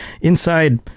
inside